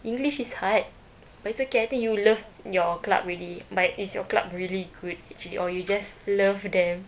english is hard but it's okay I think you love your club already but is your club really good actually or you just love them